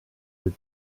had